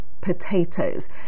potatoes